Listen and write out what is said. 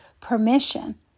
Permission